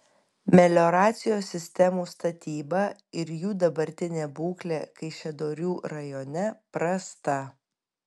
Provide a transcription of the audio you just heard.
melioracijos sistemų statyba ir jų dabartinė būklė kaišiadorių rajone prasta